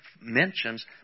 mentions